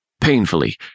Painfully